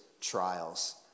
trials